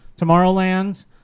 Tomorrowland